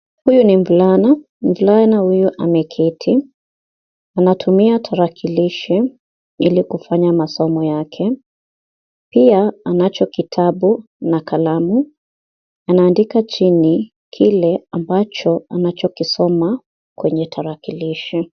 Huyu ni mvulana, mvulana huyu ameketi, anatumia tarakilishi ili kufanya masomo yake, pia anacho kitabu na kalamu, anaandika chini kile ambacho anacho kisoma kwenye tarakilishi.